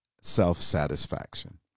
self-satisfaction